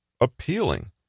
appealing